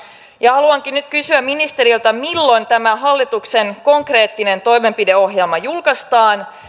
haluankin nyt kysyä ministeriltä milloin tämä hallituksen konkreettinen toimenpideohjelma julkaistaan